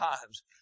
times